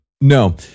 No